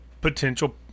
potential